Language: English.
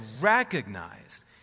recognized